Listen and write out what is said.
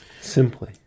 Simply